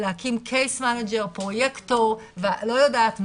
להקים case manager, פרויקטור, לא יודעת מה.